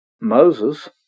Moses